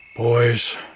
Boys